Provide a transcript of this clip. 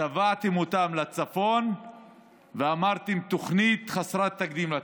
צבעתם אותם לצפון ואמרתם "תוכנית חסרת תקדים לצפון".